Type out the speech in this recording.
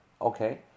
okay